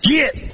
Get